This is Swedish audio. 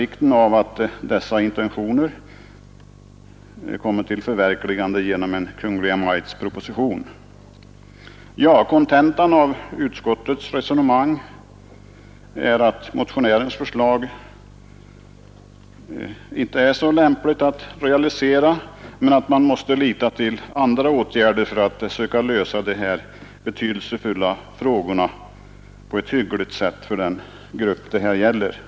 Vikten av att dessa intentioner kommer till förverkligande genom en Kungl. Maj:ts proposition bör understrykas. Kontentan av utskottets resonemang är att motionärens förslag inte är lämpligt att realisera utan att man måste lita till andra åtgärder för att söka lösa dessa betydelsefulla problem på ett hyggligt sätt för den grupp det här gäller.